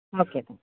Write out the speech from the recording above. okay